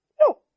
No